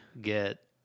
get